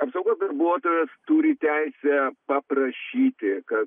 apsaugos darbuotojas turi teisę paprašyti kad